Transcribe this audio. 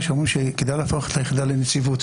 שאומרים שכדאי להפוך את היחידה לנציבות,